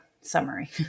summary